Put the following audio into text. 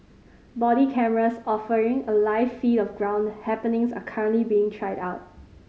body cameras offering a live feed of ground happenings are currently being tried out